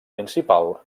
principal